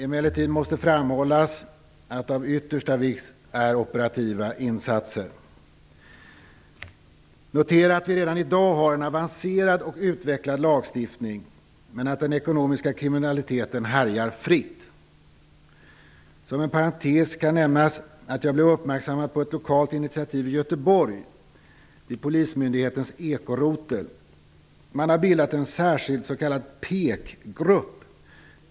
Emellertid måste framhållas att operativa insatser är av yttersta vikt. Notera att vi redan i dag har en avancerad och utvecklad lagstiftning men att den ekonomiska kriminaliteten härjar fritt. Som en parentes kan nämnas att jag blev uppmärksammad på ett lokalt initiativ i Göteborg, vid polismyndighetens ekorotel. Man har bildat en särskild PEK-grupp.